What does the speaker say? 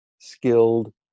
skilled